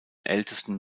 ältesten